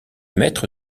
maître